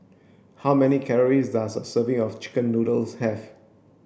how many calories does a serving of chicken noodles have